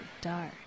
dark